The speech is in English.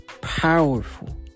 powerful